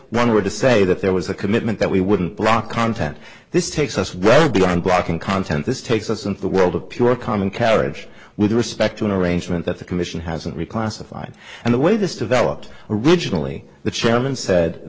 one were to say that there was a commitment that we wouldn't block content this takes us well beyond blocking content this takes us into the world of pure common carriage with respect to an arrangement that the commission hasn't reclassified and the way this developed originally the chairman said